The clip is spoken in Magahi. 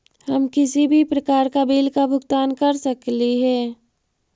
हम किसी भी प्रकार का बिल का भुगतान कर सकली हे?